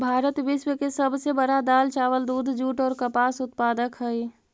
भारत विश्व के सब से बड़ा दाल, चावल, दूध, जुट और कपास उत्पादक हई